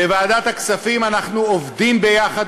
בוועדת הכספים אנחנו עובדים ביחד,